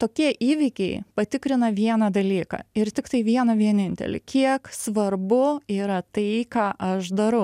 tokie įvykiai patikrina vieną dalyką ir tiktai vieną vienintelį kiek svarbu yra tai ką aš darau